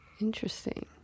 Interesting